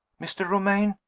mr. romayne,